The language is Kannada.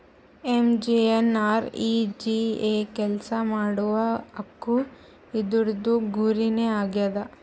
ಎಮ್.ಜಿ.ಎನ್.ಆರ್.ಈ.ಜಿ.ಎ ಕೆಲ್ಸಾ ಮಾಡುವ ಹಕ್ಕು ಇದೂರ್ದು ಗುರಿ ನೇ ಆಗ್ಯದ